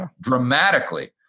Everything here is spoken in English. dramatically